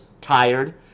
tired